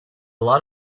lot